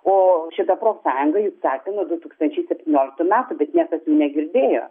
o šita profsąjunga ji sakė nuo du tūkstančiai septynioliktų metų bet niekas jų negirdėjo